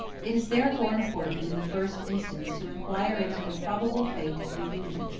it is therefore important in the first instance to inquire into the probable fate of the union.